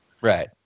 Right